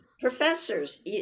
professors